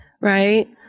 right